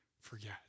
forget